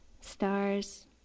stars